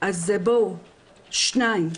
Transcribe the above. אז בואו, שתיים.